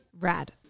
Rad